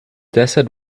desert